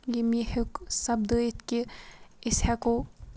ییٚمۍ یہِ ہیوٚک سپدٲیِتھ کہِ أسۍ ہٮ۪کو